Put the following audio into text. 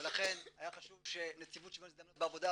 לכן היה חשוב שנציבות שוויון הזדמנויות בעבודה